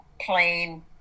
plain